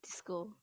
scold